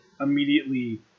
immediately